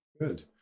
Good